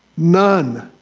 none.